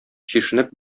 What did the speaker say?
чишенеп